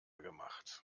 gemacht